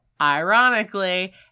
ironically